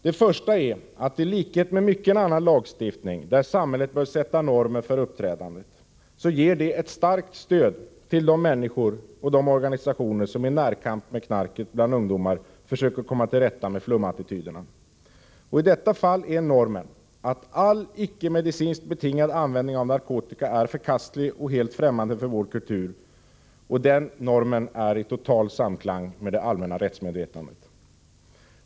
Det första skälet är att kriminalisering, i likhet med mycken annan lagstiftning där samhället bör sätta normer för uppträdandet, ger ett starkt stöd till de människor och organisationer som i närkamp med knarket bland ungdomar försöker komma till rätta med flumattityderna. I detta fall är normen att all icke-medicinskt betingad användning av narkotika är förkastlig och helt främmande för vår kultur, och den normen är i total samklang med det allmänna rättsmedvetandet.